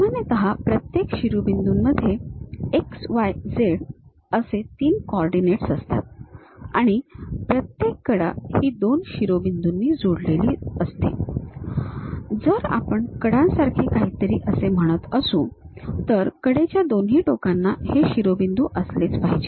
सामान्यतः प्रत्येक शिरोबिंदूमध्ये x y z असे 3 कोऑर्डिनेट्स असतात आणि प्रत्येक कडा ही दोन शिरोबिंदूंनी जोडली जाते जर आपण कडांसारखे काहीतरी असे म्हणत असू तर कडेच्या दोन्ही टोकांना हे शिरोबिंदू असलेच पाहिजेत